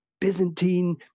Byzantine